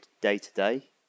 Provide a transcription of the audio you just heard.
day-to-day